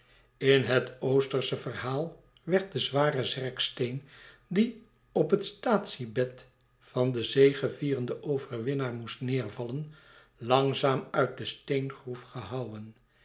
in het oostersche verhaal werd de zware zerksteen die op het staatsiebed van den zegevierenden overwinnaar moest neervallen langzaam uit de steengroef gehouwen